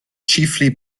chiefly